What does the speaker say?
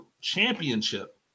championship